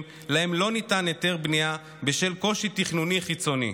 שלא ניתן להם היתר בנייה בשל קושי תכנוני חיצוני.